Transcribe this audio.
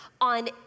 on